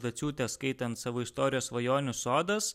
dociūtės skaitant savo istoriją svajonių sodas